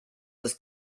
was